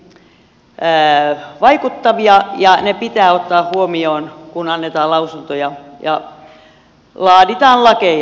ne ovat hyvin vaikuttavia ja ne pitää ottaa huomioon kun annetaan lausuntoja ja laaditaan lakeja